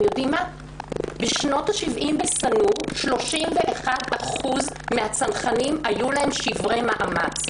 בשנות השבעים בסנור ל-31% מן הצנחנים היו שברי מאמץ.